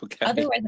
Otherwise